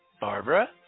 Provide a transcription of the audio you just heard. Barbara